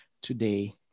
today